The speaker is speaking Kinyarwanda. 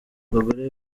bagore